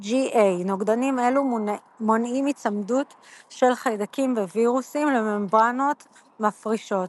IgA נוגדנים אלו מונעים היצמדות של חיידקים ווירוסים לממברנות מפרישות.